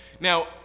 Now